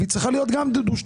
היא צריכה להיות גם דו-שנתית.